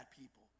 people